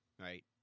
Right